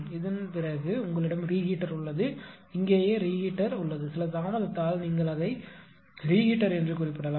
அதன்பிறகு உங்களிடம் ரீஹீட்டர் உள்ளது இங்கேயே ரீஹீட்டர் உள்ளது சில தாமதத்தால் நீங்கள் அதை ரீஹீட்டர் என்று குறிப்பிடலாம்